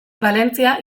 valentzia